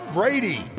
Brady